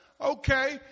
okay